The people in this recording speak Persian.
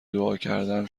دعاکردم